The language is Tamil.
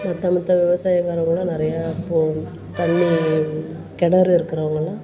மிற்ற மிற்ற விவசாயக்காரங்களாம் நிறையா போகும் தண்ணி கிணறு இருக்கிறவுங்களாம்